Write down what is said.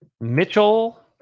Mitchell